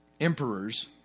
emperors